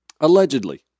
allegedly